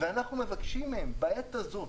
ואנחנו מבקשים מהם: בעת הזאת,